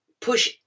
push